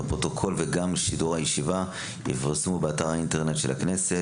והפרוטוקול וגם שידור הישיבה יפורסמו באתר האינטרנט של הכנסת.